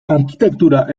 arkitektura